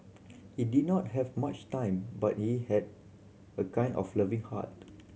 he did not have much time but he had a kind of loving heart